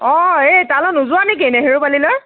অ এই তালৈ নোযোৱা নেকি নেহেৰুবালিলৈ